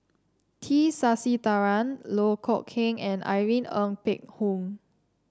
T Sasitharan Loh Kok Heng and Irene Ng Phek Hoong